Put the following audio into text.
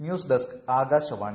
news desk Akashvani